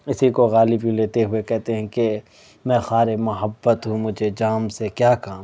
اسی کو غالب یوں لیتے ہوئے کہتے ہیں کہ مے خوار محبت ہوں مجھے جام سے کیا کام